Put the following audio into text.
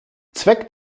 zweck